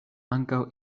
ankaŭ